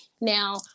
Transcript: Now